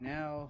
Now